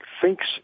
thinks